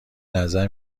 نظر